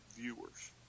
viewers